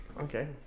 Okay